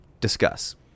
discuss